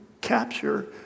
capture